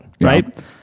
right